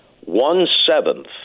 one-seventh